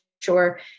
Sure